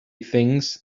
things